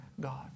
God